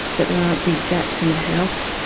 that there aren't big gaps in the house.